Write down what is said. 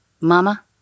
Mama